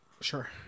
Sure